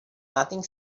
nothing